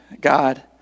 God